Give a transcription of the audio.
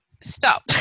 stop